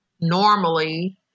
normally